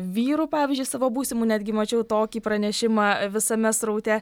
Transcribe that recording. vyru pavyzdžiui savo būsimu netgi mačiau tokį pranešimą visame sraute